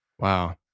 Wow